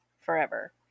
forever